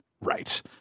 right